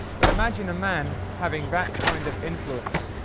but imagine a man having that kind of influence.